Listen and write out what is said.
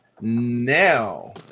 now